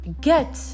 get